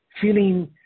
Feeling